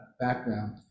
background